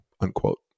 unquote